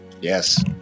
Yes